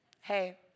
Hey